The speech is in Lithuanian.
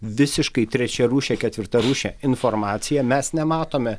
visiškai trečiarūše ketvirtarūše informacija mes nematome